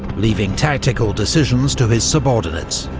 leaving tactical decisions to his subordinates.